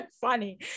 funny